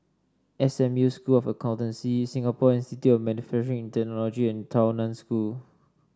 S M U School of Accountancy Singapore Institute of Manufacturing Technology and Tao Nan School